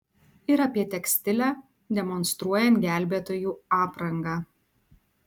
ir apie tekstilę demonstruojant gelbėtojų aprangą